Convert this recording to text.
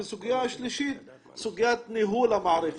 סוגיה שלישית, סוגיית ניהול המערכת.